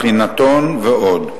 חנתון ועוד.